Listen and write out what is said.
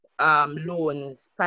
loans